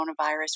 Coronavirus